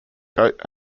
goat